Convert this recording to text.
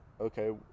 okay